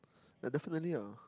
ya definitely ah